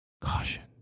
Caution